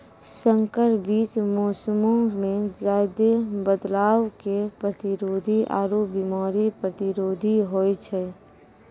संकर बीज मौसमो मे ज्यादे बदलाव के प्रतिरोधी आरु बिमारी प्रतिरोधी होय छै